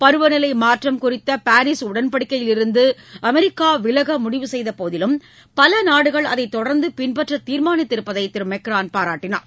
பருவநிலை மாற்றம் குறித்த பாரீஸ் உடன்படிக்கையிலிருந்து அமெரிக்கா விலக முடிவு செய்த போதிலும் பல நாடுகள் அதை தொடர்ந்து பின்பற்ற தீர்மானித்திருப்பதை திரு மேன்ரான் பாராட்டினார்